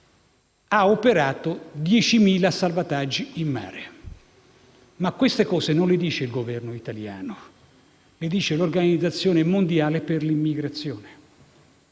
ha operato 10.000 salvataggi in mare. E queste cose le dice non il Governo italiano, ma l'Organizzazione mondiale per le migrazioni,